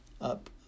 up